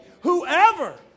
Whoever